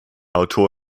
autor